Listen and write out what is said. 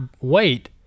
wait